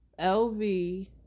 LV